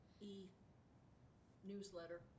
e-newsletter